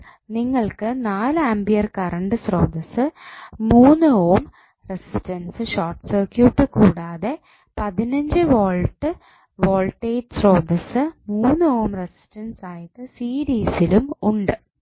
അപ്പോൾ നിങ്ങൾക്ക് 4 ampere current സ്രോതസ്സ് 3 ഓം റെസിസ്റ്റൻസ് ഷോർട്ട് സർക്യൂട്ട് കൂടാതെ 15 വോൾട്ട് വോൾടേജ് സ്രോതസ്സ് 3 ഓം റെസിസ്റ്റൻസ് ആയിട്ട് സീരിസിലും ഉണ്ട്